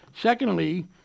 Secondly